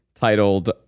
titled